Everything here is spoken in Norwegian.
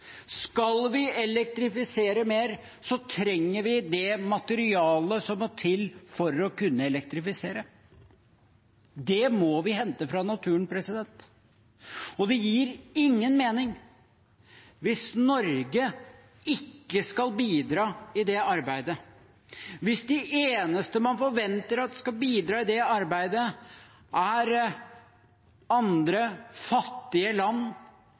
Skal vi elektrifisere mer, trenger vi det materialet som må til for å kunne elektrifisere. Det må vi hente fra naturen. Det gir ingen mening hvis Norge ikke skal bidra i det arbeidet, hvis de eneste man forventer skal bidra i det arbeidet, er andre, fattige land